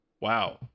wow